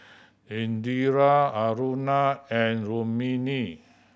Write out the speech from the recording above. Indira Aruna and Rukmini